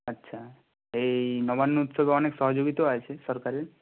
আচ্ছা এই নবান্ন উৎসবে অনেক সহযোগিত আছে সরকারের